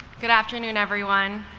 good afternoon everyone.